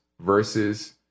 versus